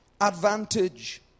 advantage